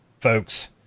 folks